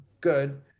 good